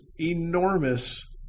enormous